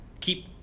keep